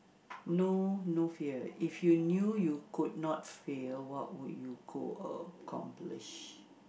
know no fear if you knew you could not fail what would you go accomplish